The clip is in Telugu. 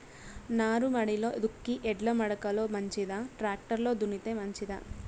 నారుమడిలో దుక్కి ఎడ్ల మడక లో మంచిదా, టాక్టర్ లో దున్నితే మంచిదా?